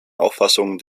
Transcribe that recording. auffassungen